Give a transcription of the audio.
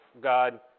God